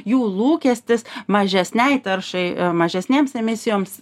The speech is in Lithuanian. jų lūkestis mažesnei taršai mažesnėms emisijoms